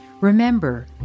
remember